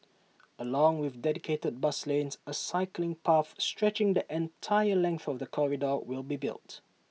along with dedicated bus lanes A cycling path stretching the entire length of the corridor will be built